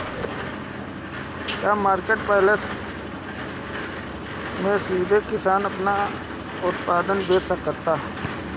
का कोनो online marketplace बा जहां किसान सीधे अपन उत्पाद बेच सकता?